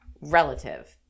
relative